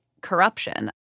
corruption